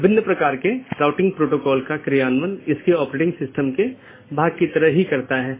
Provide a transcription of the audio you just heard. इन साथियों के बीच BGP पैकेट द्वारा राउटिंग जानकारी का आदान प्रदान किया जाना आवश्यक है